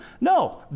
no